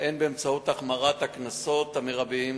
והן באמצעות החמרת הקנסות המרביים